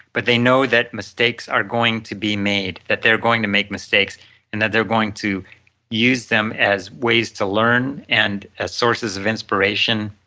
but they know that mistakes are going to be made, that they're going to make mistakes and that they're going to use them as ways to learn and as sources of inspiration